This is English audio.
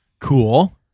cool